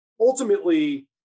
ultimately